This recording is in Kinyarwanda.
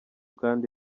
kandi